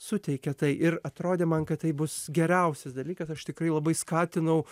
suteikia tai ir atrodė man kad tai bus geriausias dalykas aš tikrai labai skatinau